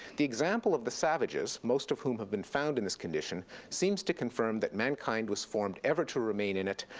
the example of the savages, most of whom have been found in this condition, seems to confirm that mankind was formed ever to remain in it,